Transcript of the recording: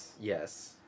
yes